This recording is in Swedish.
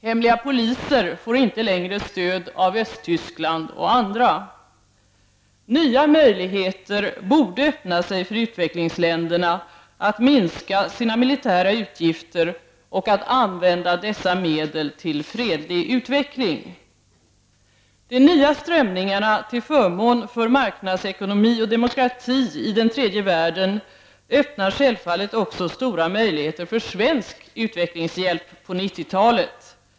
Hemliga poliser får inte längre stöd av Östtyskland och andra. Nya möjligheter borde öppna sig för utvecklingsländerna att minska sina militära utgifter och att använda dessa medel till fredlig utveckling. De nya strömningarna till förmån för marknadsekonomi och demokrati i den tredje världen öppnar självfallet också stora möjligheter för svensk utvecklingshjälp på 90-talet.